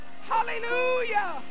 Hallelujah